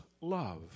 love